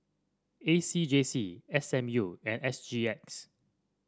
A C J C S M U and S G X